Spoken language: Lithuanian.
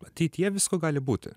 ateityje visko gali būti